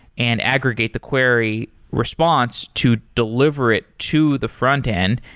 and aggregate the query response to deliver it to the frontend.